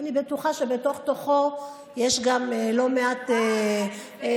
אני בטוחה שבתוך-תוכו יש גם לא מעט התלבטויות.